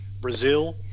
Brazil